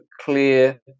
clear